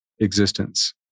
existence